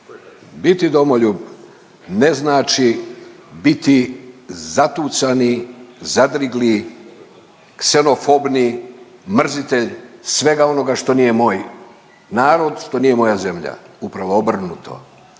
biti domoljub ne znači biti zatucani, zadrigli, ksenofobni mrzitelj svega onoga što nije moj narod, što nije moja zemlja, upravo obrnuto,